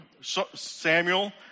Samuel